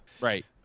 right